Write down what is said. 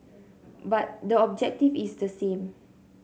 but the objective is the same